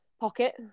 pocket